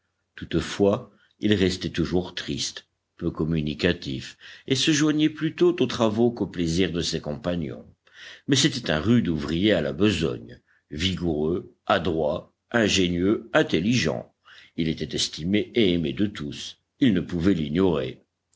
toutefois il restait toujours triste peu communicatif et se joignait plutôt aux travaux qu'aux plaisirs de ses compagnons mais c'était un rude ouvrier à la besogne vigoureux adroit ingénieux intelligent il était estimé et aimé de tous il ne pouvait l'ignorer